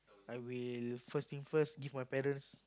I will first thing first give my parents